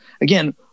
again